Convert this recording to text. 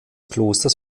klosters